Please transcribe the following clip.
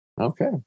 Okay